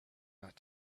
not